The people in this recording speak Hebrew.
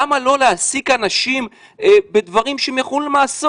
למה לא להעסיק אנשים בדברים שהם יכולים לעשות?